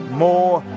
more